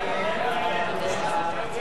מרצ